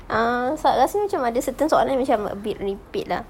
err saat rasa macam ada certain soalan macam a bit repeat lah